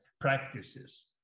practices